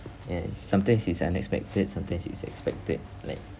and sometimes is unexpected sometimes is expected like